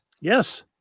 Yes